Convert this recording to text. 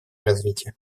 развития